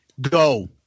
go